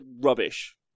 rubbish